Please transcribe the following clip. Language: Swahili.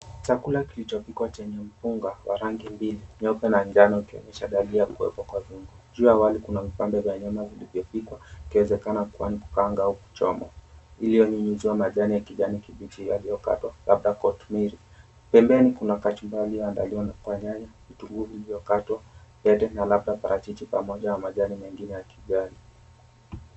Chakula kilichopikwa chenye mpunga wa rangi mbili, nyoka na njano ikionyesha dalili ya kuwepo kwa viungo. Juu ya wali kuna vipande vya nyama vilivyopikwa ikiwezekana kuwa ni kukaanga au kuchomwa iliyonyunyuziwa majani ya kijani kibichi iliyokatwa labda kuwa Tumeric. Pembeni kuna kachumbari iliyoandaliwa kwa nyanya vitunguu vilivyokatwa vyote na labda parachichi pamoja na majani mengine ya kijani.